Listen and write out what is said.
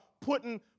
putting